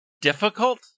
difficult